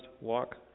walk